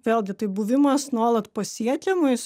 vėlgi tai buvimas nuolat pasiekiamais